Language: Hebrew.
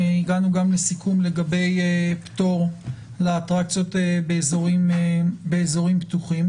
הגענו גם לסיכום לגבי פטור לאטרקציות באזורים פתוחים,